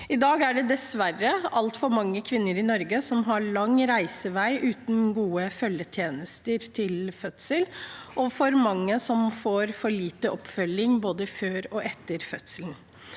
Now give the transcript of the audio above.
I dag er det dessverre altfor mange kvinner i Norge som har lang reisevei uten gode følgetjenester til fødsel, og for mange får for lite oppfølging både før og etter fødselen.